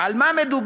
על מה מדובר?